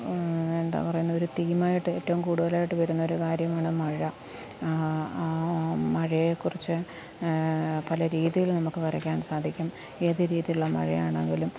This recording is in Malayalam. എന്താ അറയുന്നത് ഒരു തീം ആയിട്ട് ഏറ്റവും കൂടുതലായിട്ട് വരുന്ന ഒരു കാര്യമാണ് മഴ മഴയെ കുറിച്ച് പല രീതിയിലും നമുക്ക് വരയ്ക്കാൻ സാധിക്കും ഏത് രീതിയിലുള്ള മഴയാണെങ്കിലും